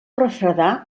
refredar